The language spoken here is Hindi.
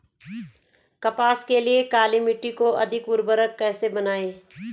कपास के लिए काली मिट्टी को अधिक उर्वरक कैसे बनायें?